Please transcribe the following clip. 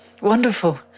Wonderful